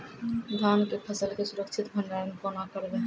धान के फसल के सुरक्षित भंडारण केना करबै?